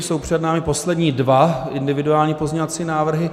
Jsou před námi poslední dva individuální pozměňovací návrhy.